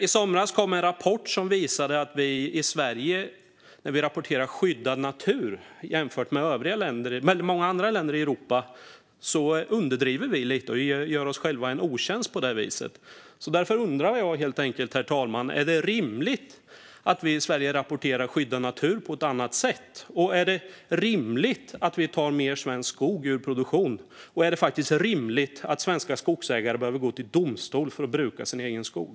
I somras kom en rapport som visade att vi i Sverige när vi rapporterar skyddad natur underdriver lite jämfört med många andra länder i Europa och på det viset gör oss själva en otjänst. Därför, herr talman, undrar jag helt enkelt om det är rimligt att vi i Sverige rapporterar skyddad natur på ett annat sätt, om det är rimligt att vi tar mer svensk skog ur produktion och om det är rimligt att svenska skogsägare behöver gå till domstol för att få bruka sin egen skog.